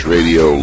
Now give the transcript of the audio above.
Radio